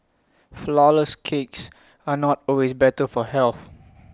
Flourless Cakes are not always better for health